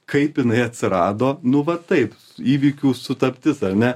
kaip jinai atsirado nu va taip įvykių sutaptis ar ne